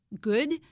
good